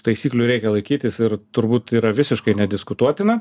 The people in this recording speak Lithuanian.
taisyklių reikia laikytis ir turbūt yra visiškai nediskutuotina